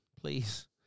please